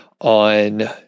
on